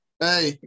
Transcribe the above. Hey